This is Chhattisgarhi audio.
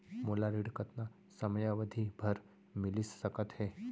मोला ऋण कतना समयावधि भर मिलिस सकत हे?